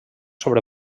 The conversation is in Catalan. sobre